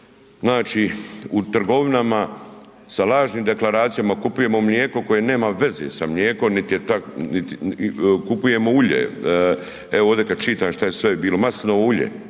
znači u trgovinama sa lažnim deklaracijama kupujemo mlijeko koje nema veze sa mlijekom niti je, kupujemo ulje, evo, ovdje kad čitam što je sve bilo, maslinovo ulje